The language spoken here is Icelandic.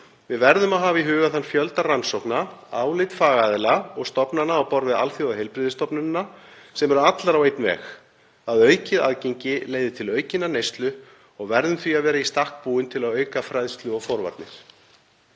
Við verðum að hafa í huga þann fjölda rannsókna, álit fagaðila og stofnana á borð við Alþjóðaheilbrigðisstofnunina, sem eru allar á einn veg; að aukið aðgengi leiði til aukinnar neyslu, og verðum því að vera í stakk búin til að auka fræðslu og forvarnir.